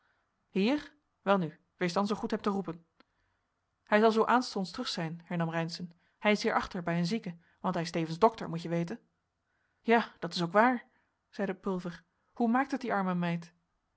hier welnu wees dan zoo goed hem te roepen hij zal zoo aanstonds terug zijn hernam reynszen hij is hier achter bij een zieke want hij is tevens dokter moet je weten ja dat is ook waar zeide pulver hoe maakt het die arme meid